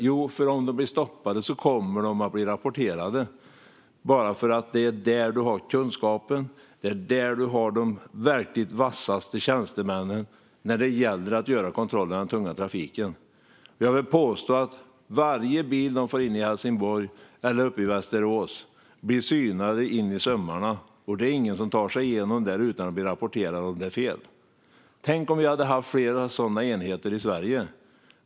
Jo, för om de bli stoppade kommer de att bli rapporterade. Där finns kunskapen, och där finns de vassaste tjänstemännen när det gäller att göra kontroller av den tunga trafiken. Jag vill påstå att varje bil de får in i Helsingborg eller i Västerås blir synad in i sömmarna. Ingen tar sig igenom där utan att bli rapporterad om det är något som är fel. Tänk om vi hade haft fler sådana enheter i Sverige!